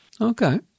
Okay